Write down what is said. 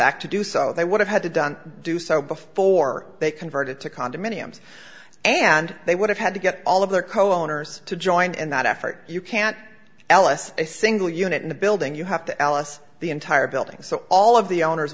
act to do so they would have had to done do so before they converted to condominiums and they would have had to get all of their co owners to join in that effort you can't ls a single unit in the building you have to alice the entire building so all of the owners